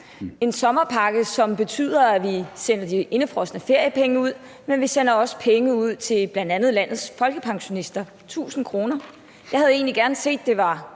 en sommerpakke, som betyder, at vi sender de indefrosne feriepenge ud, men vi sender også penge ud til bl.a. landets folkepensionister – 1.000 kr. Jeg havde egentlig gerne set, at det var